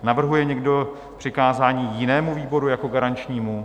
Navrhuje někdo přikázání jinému výboru jako garančnímu?